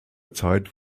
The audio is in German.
zeit